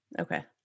Okay